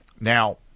Now